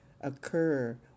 occur